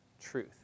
truth